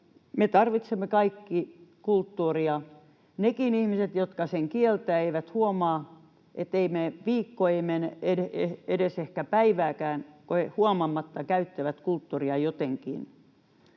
tarvitsemme kulttuuria. Ne ihmiset, jotka sen kieltävät, eivät huomaa, ettei mene viikkoa, ei mene ehkä edes päivääkään, kun he huomaamatta käyttävät kulttuuria jotenkin.